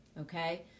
okay